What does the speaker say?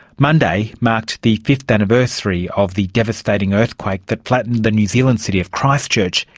monday marked the fifth anniversary of the devastating earthquake that flattened the new zealand city of christchurch,